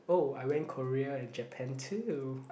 oh I went Korea and Japan too